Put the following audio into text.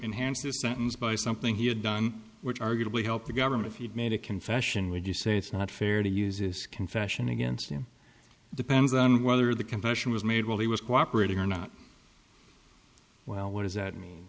enhance the sentence by something he had done which arguably help the government you've made a confession would you say it's not fair to use this confession against you depends on whether the confession was made while he was cooperate or not well what does that mean